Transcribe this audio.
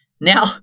Now